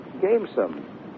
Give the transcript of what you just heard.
gamesome